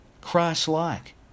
Christ-like